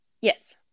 Yes